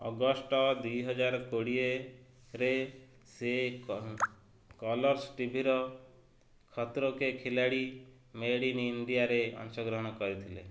August ଦୁଇ ହଜାର କୋଡ଼ିଏରେ ସେ କଲର୍ସ ଟିଭିର ଖତରୋଁ କେ ଖିଲାଡି ମେଡ଼୍ ଇନ୍ ଇଣ୍ଡିଆରେ ଅଂଶଗ୍ରହଣ କରିଥିଲେ